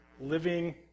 living